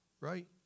right